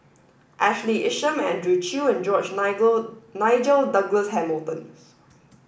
Ashley Isham Andrew Chew and George Nigel Douglas Hamilton